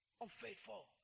Unfaithful